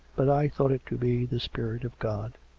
but i thought it to be the spirit of god.